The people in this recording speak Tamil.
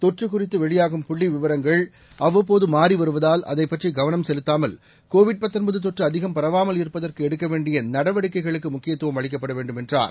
தொற்றுகுறித்தவெளியாகும் புள்ளிவிவரங்கள் அவ்வப்போதமாறிவருவதால் அதைப் பற்றிகவனம் கோவிட் தொற்றுஅதிகம் பரவாமல் செலுத்தாமல் இருப்பதற்குஎடுக்கவேண்டியநடவடிக்கைகளுக்குமுக்கியத்துவம் அளிக்கப்படவேண்டும் என்றார்